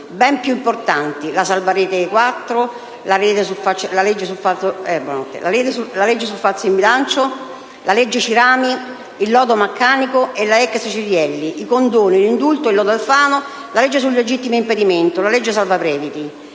ben più importanti: la salva Rete 4, la legge sul falso in bilancio, la legge Cirami, il lodo Maccanico, la ex Cirielli, i condoni, l'indulto, il lodo Alfano, la legge sul legittimo impedimento, la legge salva Previti.